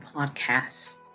podcast